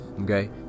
okay